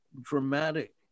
dramatic